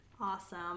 Awesome